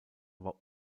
war